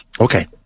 Okay